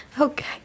Okay